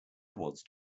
towards